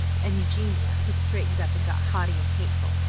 and eugenia, who straightened up and got haughty and hateful,